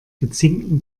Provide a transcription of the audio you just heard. gezinkten